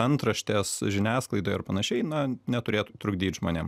antraštės žiniasklaidoj ir panašiai na neturėtų trukdyt žmonėm